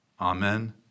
Amen